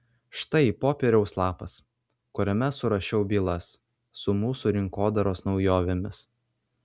štai popieriaus lapas kuriame surašiau bylas su mūsų rinkodaros naujovėmis